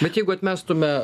bet jeigu atmestume